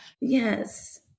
Yes